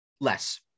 Less